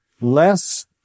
less